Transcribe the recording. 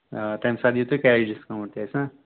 آ تَمہِ ساتہٕ دِیِو تُہۍ کیش ڈِسکاوُنٹ تہِ اَسہِ نہ